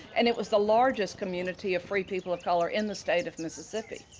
and it was the largest community of free people of color in the state of mississippi,